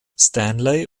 stanley